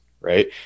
right